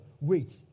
wait